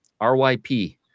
RYP